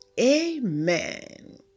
Amen